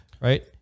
right